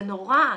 זה נורא.